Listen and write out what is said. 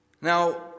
Now